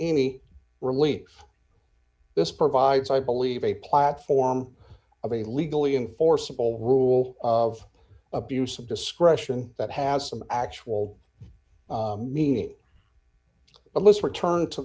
any relief this provides i believe a platform of a legally enforceable rule of abuse of discretion that has some actual meaning but let's return to